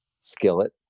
skillet